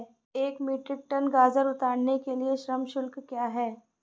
एक metric tonne गाजर उतारने के लिए श्रम शुल्क क्या है?